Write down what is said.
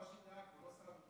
שר הדתות.